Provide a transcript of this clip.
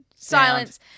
Silence